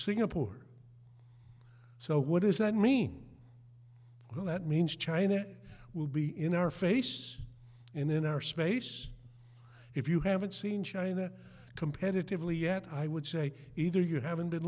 singapore so what does that mean that means china will be in our face and then our space if you haven't seen china competitively yet i would say either you haven't been